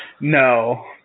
No